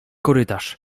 korytarz